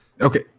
Okay